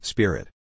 Spirit